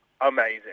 amazing